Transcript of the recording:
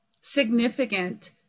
significant